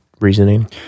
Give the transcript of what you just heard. reasoning